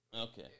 Okay